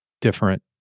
Different